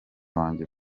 wanjye